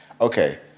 okay